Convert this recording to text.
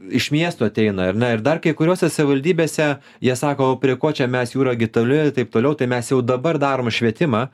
iš miesto ateina ar ne ir dar kai kuriose savivaldybėse jie sako o prie ko čia mes jūra gi toli taip toliau tai mes jau dabar darom švietimą